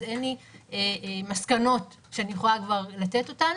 אז אין לי מסקנות שאני יכולה כבר לתת אותן,